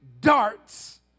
darts